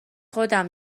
خودم